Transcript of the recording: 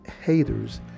haters